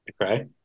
Okay